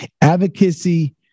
Advocacy